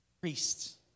priests